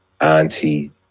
auntie